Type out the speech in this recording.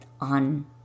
on